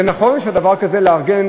זה נכון שדבר כזה לארגן,